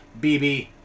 BB